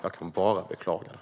Jag kan bara beklaga det.